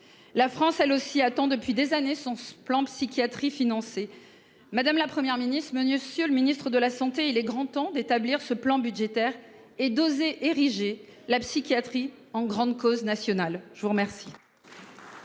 La France elle aussi attend depuis des années son plan psychiatrie financer madame, la Première ministre monsieur Fiole Ministre de la Santé. Il est grand temps d'établir ce plan budgétaire et doser érigé la psychiatrie en grande cause nationale. Je vous remercie.